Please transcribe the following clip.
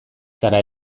zara